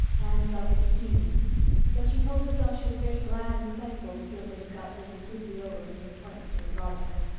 anne felt it keenly but she told herself she was very glad and thankful that gilbert had got so completely over his disappointment in regard to her.